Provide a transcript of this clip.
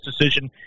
decision